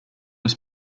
were